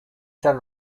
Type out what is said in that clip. san